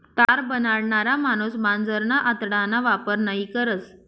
तार बनाडणारा माणूस मांजरना आतडाना वापर नयी करस